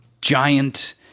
giant